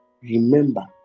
remember